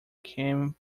came